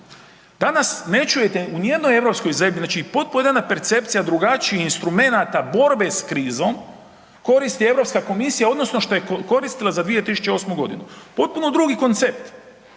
Danas ne čujete ni u jedno europskoj zemlji znači i potpuno jedna percepcija drugačijih instrumenata borbe s krizom koristi Europska komisija odnosno što je koristila za 2008. godinu, potpuno drugi koncept,